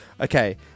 Okay